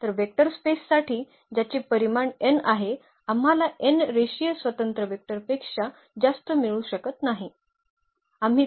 तर वेक्टर स्पेससाठी ज्याचे परिमाण n आहे आम्हाला n रेषीय स्वतंत्र वेक्टरपेक्षा जास्त मिळू शकत नाही